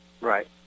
Right